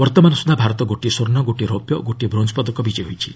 ବର୍ତ୍ତମାନ ସୁଦ୍ଧା ଭାରତ ଗୋଟିଏ ସ୍ୱର୍ଷ୍ଣ ଗୋଟିଏ ରୌପ୍ୟ ଓ ଗୋଟିଏ ବ୍ରୋଞ୍ଜ୍ ପଦକ ବିଜୟୀ ହୋଇଛି